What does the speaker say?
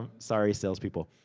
um sorry sales people.